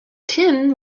tin